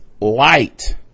light